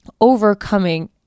overcoming